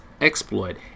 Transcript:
exploit